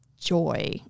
joy